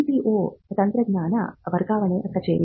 TTO ತಂತ್ರಜ್ಞಾನ ವರ್ಗಾವಣೆ ಕಚೇರಿ